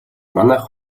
манайх